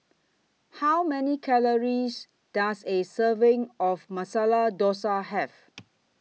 How Many Calories Does A Serving of Masala Dosa Have